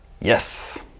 Yes